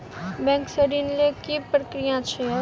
Bank सऽ ऋण लेय केँ प्रक्रिया की छीयै?